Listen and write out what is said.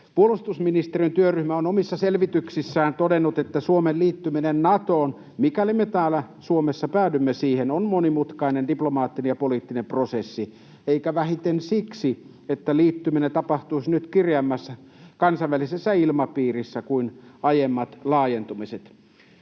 Puolustusministeriön työryhmä on omissa selvityksissään todennut, että Suomen liittyminen Natoon, mikäli me täällä Suomessa päädymme siihen, on monimutkainen diplomaattinen ja poliittinen prosessi eikä vähiten siksi, että liittyminen tapahtuisi nyt kireämmässä kansainvälisessä ilmapiirissä kuin aiemmat laajentumiset.